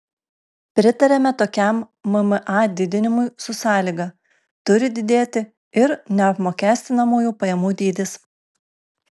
pritariame tokiam mma didinimui su sąlyga turi didėti ir neapmokestinamųjų pajamų dydis